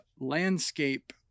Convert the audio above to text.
landscape